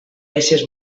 eixes